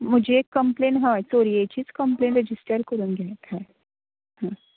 म्हजी एक कंप्लेन हय चोरयेचीच कंप्लेन रॅजिस्टर करूंक जाय हय हय